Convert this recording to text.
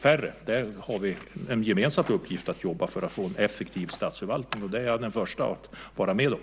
Vi har en gemensam uppgift att jobba för att få en effektiv statsförvaltning. Det är jag den förste att hålla med om.